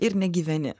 ir negyveni